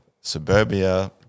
suburbia